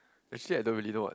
actually I don't really know what